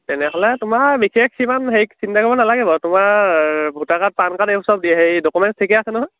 তেনেহ'লে তোমাৰ বিশেষ সিমান হেৰি চিন্তা কৰিব নালাগিব তোমাৰ ভোটাৰ কাৰ্ড পান কাৰ্ড এইবোৰ চব হেৰি ডকুমেণ্টছ ঠিকে আছে নহয়